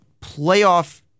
playoff